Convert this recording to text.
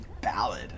ballad